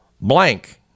blank